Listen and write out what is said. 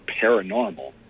paranormal –